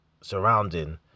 surrounding